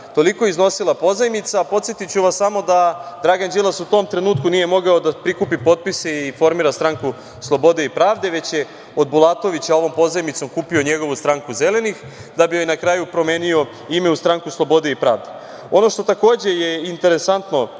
Toliko je iznosila pozajmica. Podsetiću vas samo da Dragan Đilas u tom trenutku nije mogao da prikupi potpise i formira Stranku slobode i pravde, već je od Bulatovića ovom pozajmicom kupio njegovu Stranku zelenih, da bi joj na kraju promenio ime u Stranku slobode i pravde. Ono što je takođe interesantno